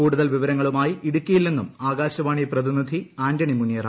കൂടുതൽ വിവരങ്ങളുമായി ഇടുക്കിയിൽ നിന്നും ആകാശവാണി പ്രതിനിധ്ധി ആന്റണി മുനിയറ